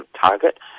target